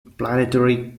planetary